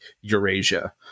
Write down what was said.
Eurasia